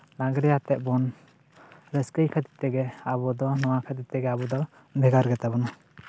ᱞᱟᱜᱽᱲᱮ ᱟᱛᱮᱜ ᱵᱚᱱ ᱨᱟᱹᱥᱠᱟᱹᱭ ᱠᱷᱟᱹᱛᱤᱨ ᱛᱮᱜᱮ ᱟᱵᱚ ᱫᱚ ᱱᱚᱣᱟ ᱠᱷᱟᱹᱛᱤᱨ ᱛᱮᱜᱮ ᱟᱵᱚᱫᱚ ᱵᱷᱮᱜᱟᱨ ᱜᱮᱛᱟ ᱵᱚᱱᱟ